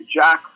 Jack